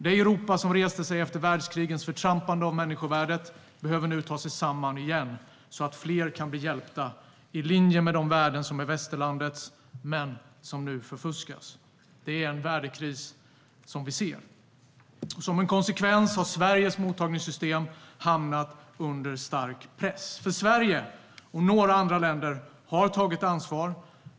Det Europa som reste sig efter världskrigens förtrampande av människovärdet behöver nu ta sig samman igen, så att fler kan bli hjälpta, i linje med de värden som är västerlandets men som nu förfuskas. Det är en värdekris som vi ser. Som konsekvens har Sveriges mottagningssystem hamnat under stark press. Sverige och några andra länder har tagit ansvar.